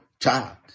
child